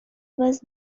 was